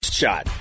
shot